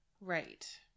Right